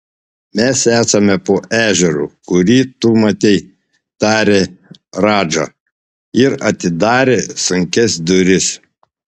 mes esame po ežeru kurį tu matei tarė radža ir atidarė sunkias duris